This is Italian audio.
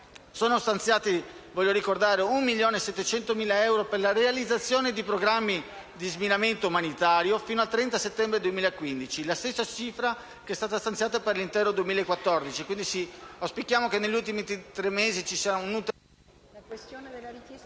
Sono stanziati 1.700.000 euro per la realizzazione di programmi di sminamento umanitario fino al 30 settembre 2015. La stessa cifra è stata stanziata per l'intero 2014...